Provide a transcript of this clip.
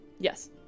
Yes